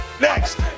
Next